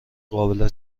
قابل